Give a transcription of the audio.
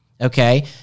okay